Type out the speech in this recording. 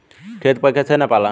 खेत कैसे नपाला?